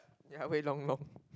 ya wait long long